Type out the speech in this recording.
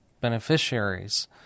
beneficiaries